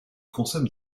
consomme